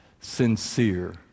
sincere